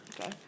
Okay